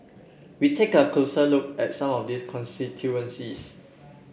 we take a closer look at some of these constituencies